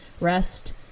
rest